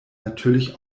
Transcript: natürlich